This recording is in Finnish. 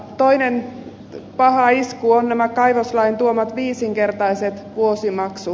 toinen paha isku on nämä kaivoslain tuomat viisinkertaiset vuosimaksut